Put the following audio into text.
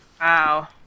Wow